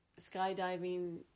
skydiving